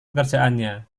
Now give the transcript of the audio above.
pekerjaannya